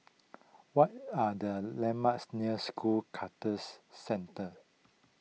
what are the landmarks near School Clusters Centre